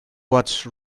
what